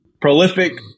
Prolific